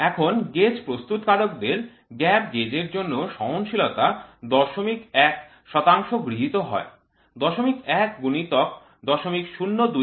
এখন গেজ প্রস্তুতকারকদের gap gauge এর জন্য সহনশীলতা ০১০ শতাংশ গৃহীত হয় ০১ গুণিতক ০০২০